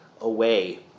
away